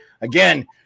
Again